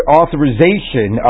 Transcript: authorization